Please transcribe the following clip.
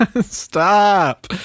Stop